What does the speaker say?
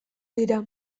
dira